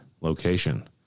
location